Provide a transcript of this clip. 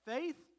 Faith